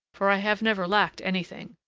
for i have never lacked anything.